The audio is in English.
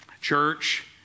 church